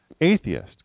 Atheist